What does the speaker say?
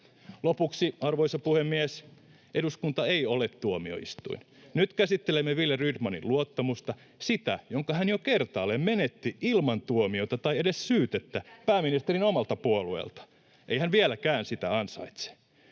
Lopuksi: Eduskunta ei ole tuomioistuin. Nyt käsittelemme Wille Rydmanin luottamusta — sitä, jonka hän jo kertaalleen menetti ilman tuomiota tai edes syytettä pääministerin omalta puolueelta. [Jenna Simulan välihuuto]